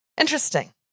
Interesting